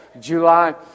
July